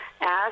ask